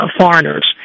foreigners